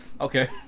okay